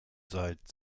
seit